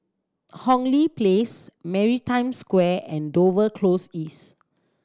Hong Lee Place Maritime Square and Dover Close East